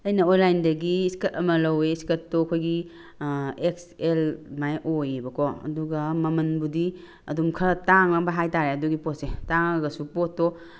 ꯑꯩꯅ ꯑꯣꯟꯂꯥꯏꯟꯗꯒꯤ ꯏꯁ꯭ꯀꯔꯠ ꯑꯃ ꯂꯧꯏ ꯏꯁ꯭ꯀꯔꯠꯇꯣ ꯑꯩꯈꯣꯏꯒꯤ ꯑꯦꯛꯁ ꯑꯦꯜ ꯑꯗꯨꯃꯥꯏꯅ ꯑꯣꯏꯌꯦꯕꯀꯣ ꯑꯗꯨꯒ ꯃꯃꯜꯕꯨꯗꯤ ꯑꯗꯨꯝ ꯈꯔ ꯇꯥꯡꯑꯕ ꯍꯥꯏꯇꯥꯔꯦ ꯑꯗꯨꯒꯤ ꯄꯣꯠꯁꯦ ꯇꯥꯡꯉꯒꯁꯨ ꯄꯣꯠꯇꯣ